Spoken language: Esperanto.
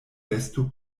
besto